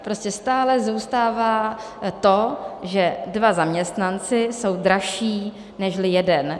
Prostě stále zůstává to, že dva zaměstnanci jsou dražší nežli jeden.